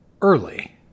early